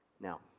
Now